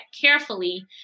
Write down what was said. carefully